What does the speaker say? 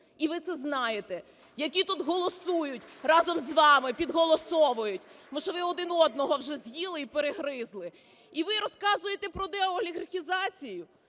і ви це знаєте, які тут голосують разом з вами, підголосовують, тому що ви один одного вже з'їли і перегризли. І ви розказуєте про деолігархізацію?